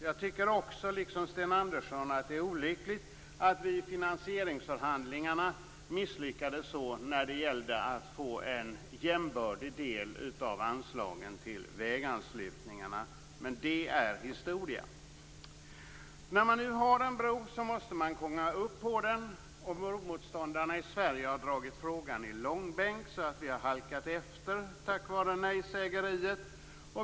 Liksom Sten Andersson tycker också jag att det är olyckligt att vi i finansieringsförhandlingarna misslyckades så med att åstadkomma en jämbördig del av anslagen till väganslutningarna, men det är nu historia. När det nu finns en bro måste man komma upp på den. Bromotståndarna i Sverige har dock dragit frågan i långbänk. Vi har alltså halkat efter på grund av nejsägeriet.